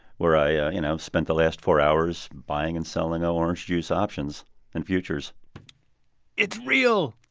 where i, you know, spent the last four hours buying and selling ah orange juice options and futures it's real!